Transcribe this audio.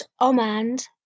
Omand